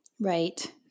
Right